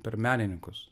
per menininkus